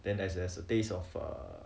then as as the taste of err